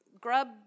grub